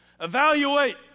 Evaluate